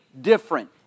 different